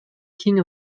king